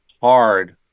hard